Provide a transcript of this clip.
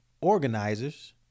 organizers